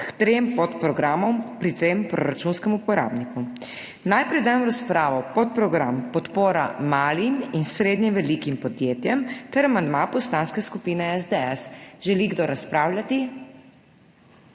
k trem podprogramom pri tem proračunskem uporabniku. Najprej dajem v razpravo podprogram Podpora malim in srednje velikim podjetjem ter amandma Poslanske skupine SDS. Želi kdo razpravljati?